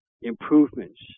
improvements